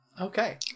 okay